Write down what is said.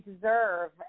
deserve